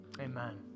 Amen